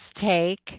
take